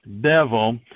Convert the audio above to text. devil